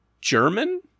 German